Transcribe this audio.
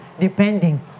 depending